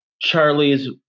charlie's